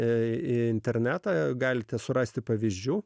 į internatą galite surasti pavyzdžių